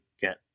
get